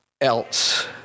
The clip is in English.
else